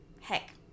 Heck